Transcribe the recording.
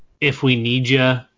if-we-need-you